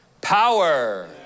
power